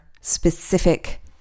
specific